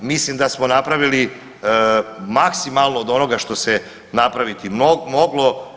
Mislim da smo napravili maksimalno od onoga što se napraviti moglo.